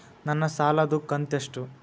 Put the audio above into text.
ನನ್ನ ಸಾಲದು ಕಂತ್ಯಷ್ಟು?